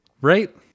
Right